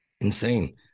Insane